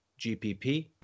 GPP